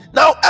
now